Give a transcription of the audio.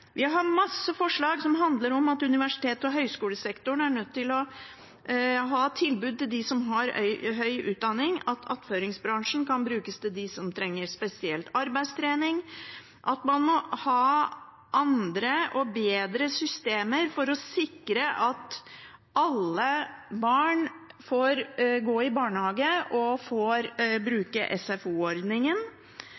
Vi har mange forslag, som handler om at universitets- og høyskolesektoren er nødt til å ha tilbud til dem som har høy utdanning, at attføringsbransjen kan brukes av dem som trenger spesiell arbeidstrening, at man må ha andre og bedre systemer for å sikre at alle barn får gå i barnehage og får